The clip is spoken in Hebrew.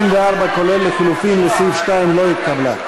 34, כולל לחלופין, לסעיף 2 לא התקבלה.